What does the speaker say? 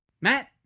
Matt